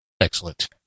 Excellent